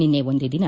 ನಿನ್ನೆ ಒಂದೇ ದಿನ